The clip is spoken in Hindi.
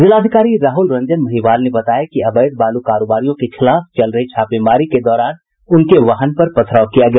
जिलाधिकारी राहुल रंजन महिवाल ने बताया कि अवैध बालू कारोबारियों के खिलाफ चल रहे छापेमारी के दौरान उनके वाहन पर पथराव किया गया